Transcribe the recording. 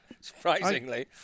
surprisingly